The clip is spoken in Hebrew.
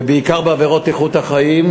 ובעיקר בעבירות איכות החיים,